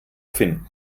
finden